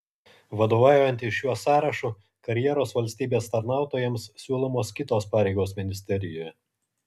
vadovaujantis šiuo sąrašu karjeros valstybės tarnautojams siūlomos kitos pareigos ministerijoje